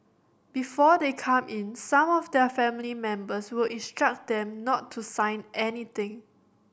before they come in some of their family members will instruct them not to sign anything